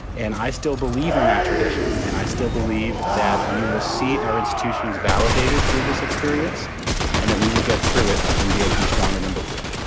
and i still believe in that tradition. and i still believe that we will see our institutions validated through this experience and that we will get through it and be able to be stronger than before